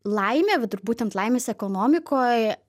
laimė vat ir būtent laimės ekonomikoj